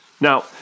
Now